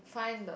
find the